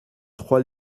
trois